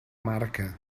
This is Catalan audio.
marca